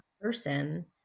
person